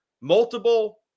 multiple